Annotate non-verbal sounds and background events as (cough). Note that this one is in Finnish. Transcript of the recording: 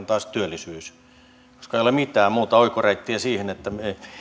(unintelligible) taas työllisyys ei ole mitään muuta oikoreittiä siihen että me